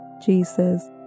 Jesus